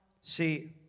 See